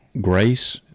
grace